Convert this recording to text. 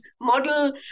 model